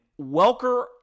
Welker